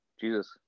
Jesus